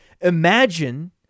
Imagine